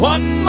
One